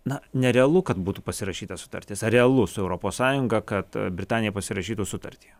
na nerealu kad būtų pasirašyta sutartis ar realu su europos sąjunga kad britanija pasirašytų sutartį